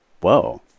whoa